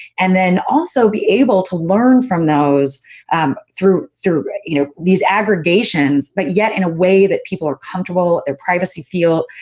and then, also, be able to learn from those um through through you know these aggregations, but yet, in a way that people are comfortable, their privacy feel,